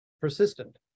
persistent